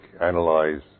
analyze